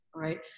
right